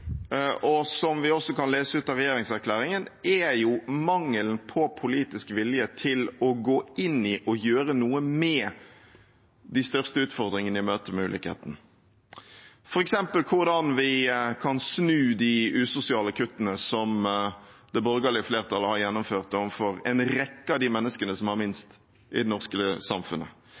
og som vi også kan lese ut av regjeringserklæringen, er mangelen på politisk vilje til å gå inn i og gjøre noe med de største utfordringene i møtet med ulikhetene, f.eks.: hvordan vi kan snu de usosiale kuttene som det borgerlige flertallet har gjennomført overfor en rekke av de menneskene som har minst i det norske samfunnet